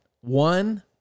One